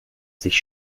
sich